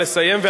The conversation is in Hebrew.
נא לסיים.